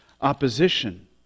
opposition